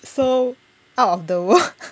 so out of the world